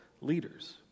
leaders